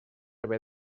haver